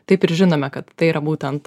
taip ir žinome kad tai yra būtent